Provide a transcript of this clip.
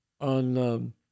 on